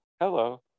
hello